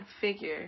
figure